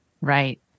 Right